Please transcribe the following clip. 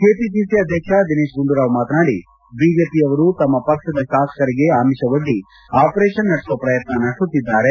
KPC ಅಧ್ಯಕ್ಷ ದಿನೇತ್ ಗುಂಡೂರಾವ್ ಮಾತನಾಡಿ ಬಿಜೆಪಿಯವರು ತಮ್ಮ ಪಕ್ಷದ ಶಾಸಕರಿಗೆ ಅಮಿಷವೊಡ್ಡಿ ಅಪರೇಷನ್ ನಡೆಸುವ ಪ್ರಯತ್ನ ನಡೆಸುತ್ತಿದ್ದಾರೆ